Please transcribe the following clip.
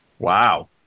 Wow